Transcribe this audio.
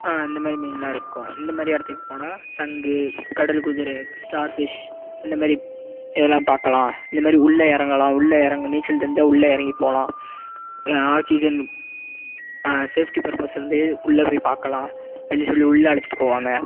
அந்த மாதிரி மீனெலாம் இருக்கும் இந்தமாதிரி இடத்துக்கு போனால் சங்கு கடல்குதிரை ஸ்டார்ஃபிஷ் இந்தமாரி இதெல்லாம் பார்க்கலாம் இந்தமாரி உள்ள இறங்கலாம் உள்ள இறங்க நீச்சல் தெரிஞ்சால் உள்ள இறங்கி போகலாம் ஆக்சிஜன் சேஃப்ட்டி பர்ப்பஸ் இருந்து உள்ளே போய் பார்க்கலாம் அப்படின்னு சொல்லி உள்ள அழைச்சிட்டு போவாங்க